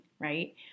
right